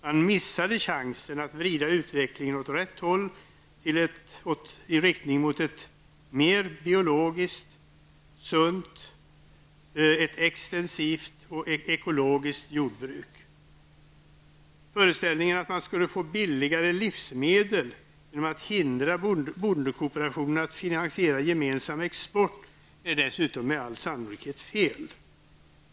Man missade chansen att vrida utvecklingen åt rätt håll, i riktning mot ett mer biologiskt, sunt, extensivt och ekologiskt jordbruk. Föreställningen att man skulle få billigare livsmedel genom att hindra bondekooperationen att finansiera gemensam export är dessutom med all sannolikhet fel.